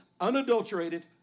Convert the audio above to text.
unadulterated